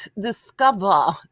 discover